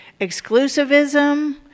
exclusivism